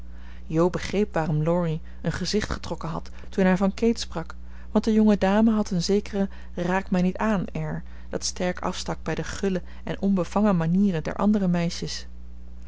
begreep waarom laurie een gezicht getrokken had toen hij van kate sprak want de jonge dame had een zeker raak mij niet aan air dat sterk afstak bij de gulle en onbevangen manieren der andere meisjes